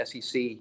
SEC